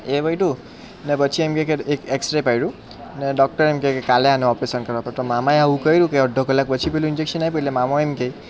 એ પત્યું ને પછી એમ કહે કે એક એકસરે પાડ્યો અને ડૉક્ટર એમ કહે કે કાલે આને ઓપરેશન કરો તો મામાએ આવું કહ્યું કે અડધો કલાક પછી પેલું ઇન્જેકશન આપ્યું એટલે મામા એમ કહે